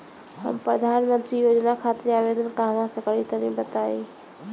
हम प्रधनमंत्री योजना खातिर आवेदन कहवा से करि तनि बताईं?